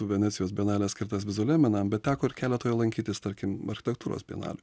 venecijos bienalės skirtas vizualiem menam bet teko ir keleto lankytis tarkim architektūros bienalių